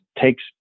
takes